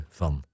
van